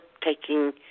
taking